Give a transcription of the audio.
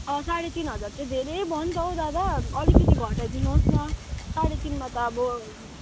अँ साढे तिन हजार चाहिँ धेरै भयो नि त हौ दादा अलिकति घटाइदिनु होस् न साढे तिनमा त अब